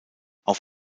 auf